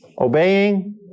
obeying